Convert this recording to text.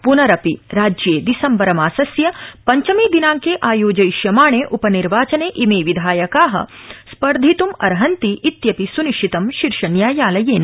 प्नरपि राज्ये दिसम्बर मासस्य पंचमे दिनांके आयोजयिष्यमाणे उपनिर्वाचने इमे विधायका स्पर्धितृम् अहन्ति इत्यपि सुनिश्चितम् शीर्षन्यायालयेन